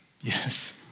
Yes